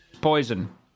Poison